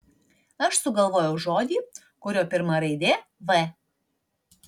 aš sugalvojau žodį kurio pirma raidė v